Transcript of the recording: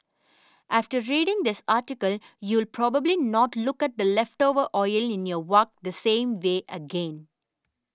after reading this article you will probably not look at the leftover oil in your wok the same way again